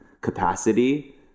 capacity